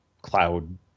cloud